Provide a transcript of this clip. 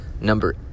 number